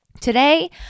Today